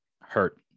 hurt